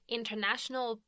International